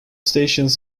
stations